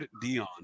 Dion